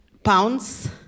pounds